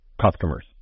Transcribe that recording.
customers